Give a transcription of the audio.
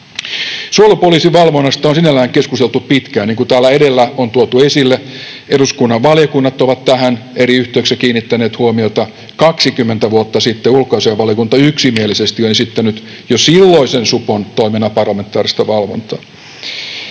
Suojelupoliisin valvonnasta on sinällään keskusteltu pitkään. Niin kuin täällä edellä on tuotu esille, eduskunnan valiokunnat ovat tähän eri yhteyksissä kiinnittäneet huomiota. 20 vuotta sitten ulkoasiainvaliokunta yksimielisesti on esittänyt jo silloisen supon toiminnan parlamentaarista valvontaa,